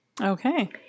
Okay